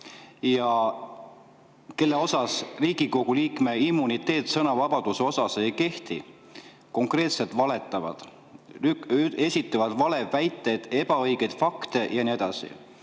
ja kellele Riigikogu liikme immuniteet sõnavabaduse osas ei kehti, konkreetselt valetavad, esitavad valeväiteid, ebaõigeid fakte ja nii edasi.